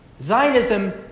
Zionism